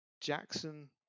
Jackson